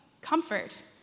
comfort